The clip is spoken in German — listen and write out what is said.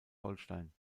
holstein